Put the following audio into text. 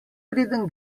preden